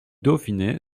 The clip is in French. dauphiné